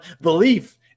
belief